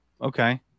Okay